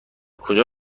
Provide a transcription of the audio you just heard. کجا